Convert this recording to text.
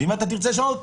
ואם אתה תרצה לשנות,